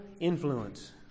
influence